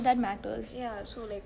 ya so like